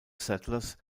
settlers